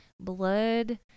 blood